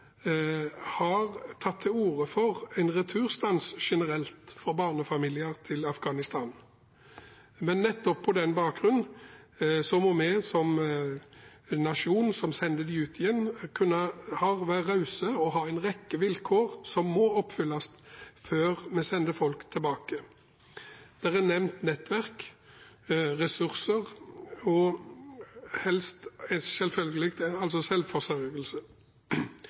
har tatt til orde for en generell returstans for barnefamilier til Afghanistan. Nettopp på den bakgrunn må vi, som en nasjon som sender dem ut igjen, kunne være rause og ha en rekke vilkår som må oppfylles før vi sender folk tilbake. Det er nevnt nettverk, ressurser og